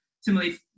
similarly